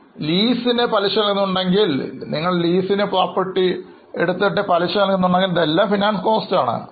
നിങ്ങളുടെ Debenture holders ന് പലിശ നൽകുന്നുണ്ടെങ്കിൽlease ന് പലിശ നൽകുന്നുണ്ടെങ്കിൽ ഇതെല്ലാം ഫിനാൻസ് കോസ്റ്റ് ആണ്